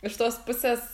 iš tos pusės ir